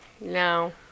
No